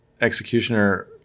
Executioner